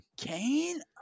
Kane